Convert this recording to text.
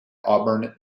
auburn